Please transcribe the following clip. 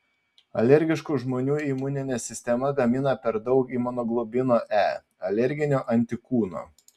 alergiškų žmonių imuninė sistema gamina per daug imunoglobulino e alerginio antikūno